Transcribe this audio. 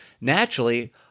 naturally